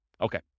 Okay